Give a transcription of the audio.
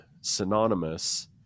synonymous